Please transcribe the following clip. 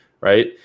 Right